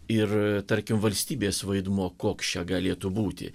ir tarkim valstybės vaidmuo koks čia galėtų būti